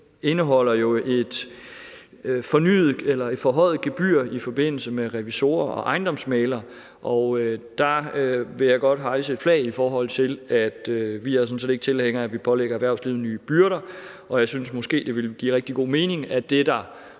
indeholder jo et forhøjet gebyr i forbindelse med revisorer og ejendomsmæglere, og der vil jeg godt hejse et flag, i forhold til at vi sådan set ikke er tilhængere af, at vi pålægger erhvervslivet nye byrder. Jeg synes måske, det ville give rigtig god mening, at det, der